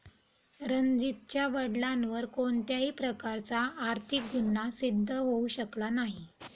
रणजीतच्या वडिलांवर कोणत्याही प्रकारचा आर्थिक गुन्हा सिद्ध होऊ शकला नाही